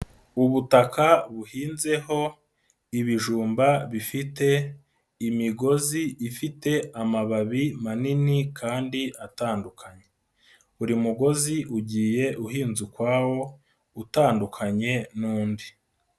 Ubutaka buhinzeho ibijumba bifite imigozi ifite amababi manini kandi atandukanye. Buri mugozi ugiye uhinze ukwawo, utandukanye n'undi.